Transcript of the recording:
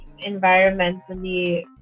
environmentally